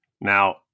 Now